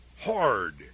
hard